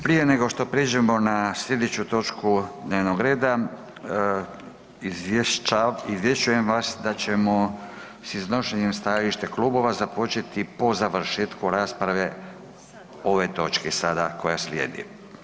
Prije nego što prijeđemo na sljedeću točku dnevnog reda izvješćujem vas da ćemo s iznošenjem stajališta klubova započeti po završetku rasprave ove točke sada koja slijedi.